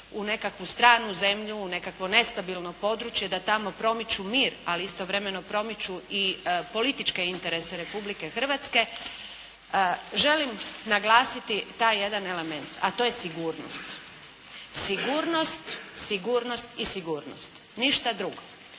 u nekakvu stranu zemlju u nekakvo nestabilno područje da tamo promiču mir ali istovremeno promiču i političke interese Republike Hrvatske. Želim naglasiti taj jedan element a to je sigurnost, sigurnost i sigurnost, ništa drugo.